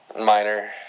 Minor